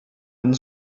and